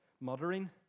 muttering